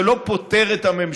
זה לא פוטר את הממשלה,